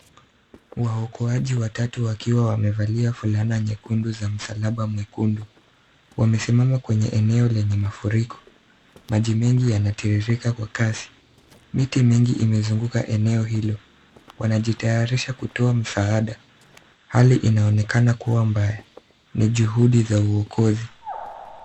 Waokoaji watatu wakiwa wamevalia fulana nyekundu za msalaba mwekundu. Wamesimama kwenye eneo lenye mafuriko. Maji mengi yanatiririka kwa kasi. Miti mingi imezunguka eneo hilo. Wanajitayarisha kutoa msaada. Hali inaonekana kuwa mbaya. Ni juhudi za uokozi.